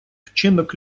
вчинок